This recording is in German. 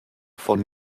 von